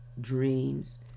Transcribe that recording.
dreams